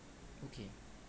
okay